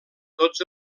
tots